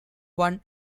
one